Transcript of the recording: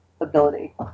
ability